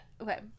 Okay